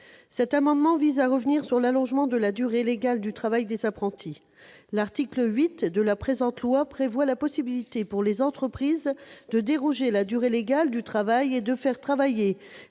Cet amendement vise à revenir sur l'allongement de la durée légale du travail des apprentis. L'article 8 de ce projet de loi permet aux entreprises de déroger à la durée légale du travail et de faire travailler